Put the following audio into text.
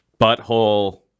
Butthole